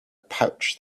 pouch